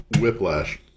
Whiplash